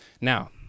Now